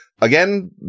Again